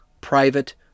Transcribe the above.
private